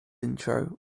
intro